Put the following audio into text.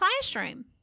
classroom